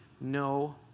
No